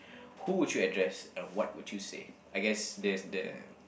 who would you address and what would you say I guess there's the